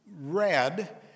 Red